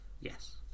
Yes